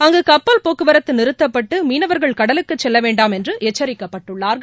அங்கு கப்பல் போக்குவரத்து நிறுத்தப்பட்டு மீனவா்கள் கடலுக்கு செல்லவேண்டாம் என்று எச்சரிக்கப்பட்டுள்ளார்கள்